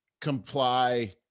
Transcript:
comply